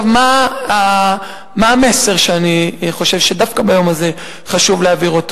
מה המסר שאני חושב שדווקא ביום הזה חשוב להעביר?